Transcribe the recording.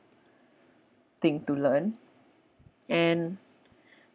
thing to learn and